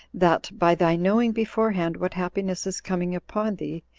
that, by thy knowing beforehand what happiness is coming upon thee,